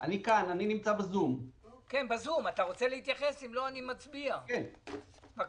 בחשבון שעל הטבק לגלגול, להבדיל מסיגריות, יש